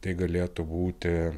tai galėtų būti